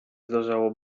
zdarzało